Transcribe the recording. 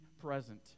present